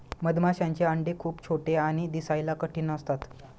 मधमाशांचे अंडे खूप छोटे आणि दिसायला कठीण असतात